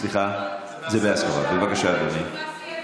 בבקשה, אדוני.